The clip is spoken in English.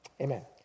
amen